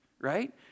right